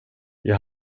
jag